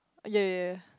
yea yea